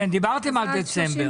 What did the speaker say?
כן, דיברתם על דצמבר.